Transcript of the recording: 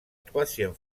troisième